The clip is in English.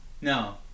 No